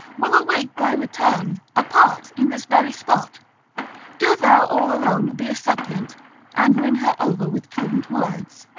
will await thy return, apart in this very spot do thou all alone be a suppliant and win her over with prudent words.